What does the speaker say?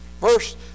Verse